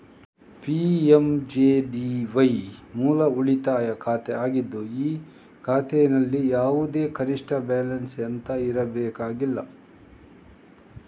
PMJDY ಮೂಲ ಉಳಿತಾಯ ಖಾತೆ ಆಗಿದ್ದು ಈ ಖಾತೆನಲ್ಲಿ ಯಾವುದೇ ಕನಿಷ್ಠ ಬ್ಯಾಲೆನ್ಸ್ ಅಂತ ಇರಬೇಕಾಗಿಲ್ಲ